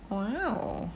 oh